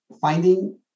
Finding